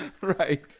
Right